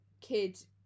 kid